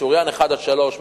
משוריין לאחד עד שלושה,